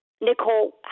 Nicole